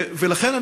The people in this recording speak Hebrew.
ולכן,